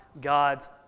God's